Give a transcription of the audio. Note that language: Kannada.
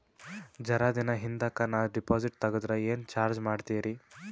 ಜರ ದಿನ ಹಿಂದಕ ನಾ ಡಿಪಾಜಿಟ್ ತಗದ್ರ ಏನ ಚಾರ್ಜ ಮಾಡ್ತೀರಿ?